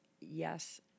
yes